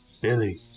Billy